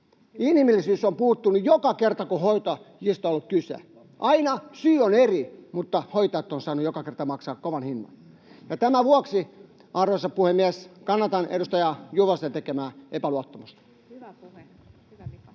Inhimillisyys on puuttunut joka kerta, kun hoitajista on ollut kyse. Aina syy on eri, mutta hoitajat ovat saaneet joka kerta maksaa kovan hinnan. Tämän vuoksi, arvoisa puhemies, kannatan edustaja Juvosen ehdottamaa epäluottamusta. [Speech